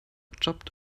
jobbt